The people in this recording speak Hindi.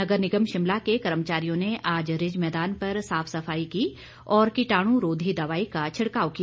नगर निगम शिमला के कर्मचारियों ने आज रिज मैदान पर साफ सफाई की और कीटाणु रोधी दवाई का छिड़काव किया